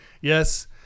Yes